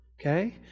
Okay